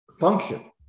Function